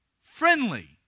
friendly